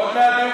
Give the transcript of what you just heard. עוד מעט יהיו,